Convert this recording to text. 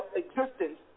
existence